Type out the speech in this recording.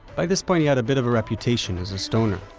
by this point he had a bit of a reputation as a stoner.